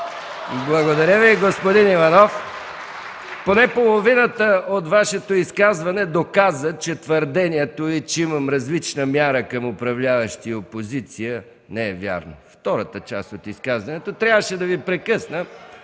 Благодаря Ви, господин Иванов. Поне половината от Вашето изказване доказа, че твърдението Ви, че имам различна мяра към управляващи и опозиция не е вярно. Във втората част на изказването трябваше да Ви прекъсна,